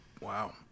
Wow